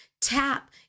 Tap